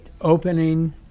opening